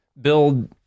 build